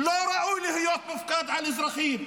לא ראוי להיות מופקד על אזרחים.